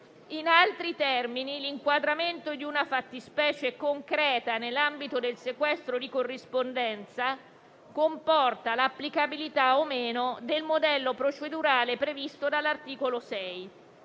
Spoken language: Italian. In altri termini, l'inquadramento di una fattispecie concreta nell'ambito del sequestro di corrispondenza comporta l'applicabilità o meno del modello procedurale previsto dall'articolo 6.